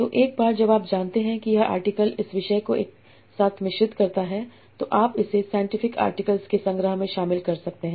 तो एक बार जब आप जानते हैं कि यह आर्टिकल इस विषय को एक साथ मिश्रित करता है तो आप इसे सैन्टिफिक आर्टिकल्स के संग्रह में शामिल कर सकते हैं